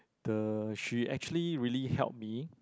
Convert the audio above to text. the she actually really helped me